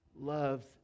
loves